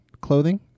Clothing